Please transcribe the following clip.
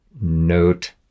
note